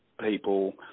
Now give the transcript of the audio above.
people